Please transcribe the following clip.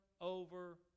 over